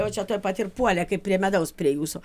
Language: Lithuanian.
jaučia tuoj pat ir puolė kaip prie medaus prie jūsų